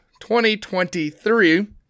2023